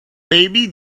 baby